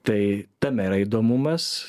tai tame yra įdomumas